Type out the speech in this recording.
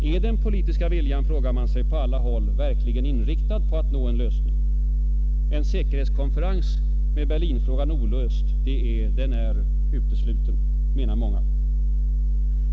Är den politiska viljan, frågar man sig, på alla håll verkligen inriktad på en lösning? En säkerhetskonferens med Berlinfrågan olöst är utesluten, menar många.